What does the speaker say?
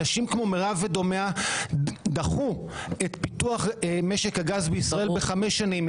אנשים כמו מרב ודומיה דחו את פיתוח משק הגז בישראל בחמש שנים,